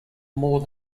more